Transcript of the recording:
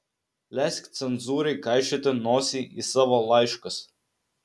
leisk cenzūrai kaišioti nosį į savo laiškus